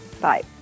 Bye